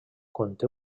conté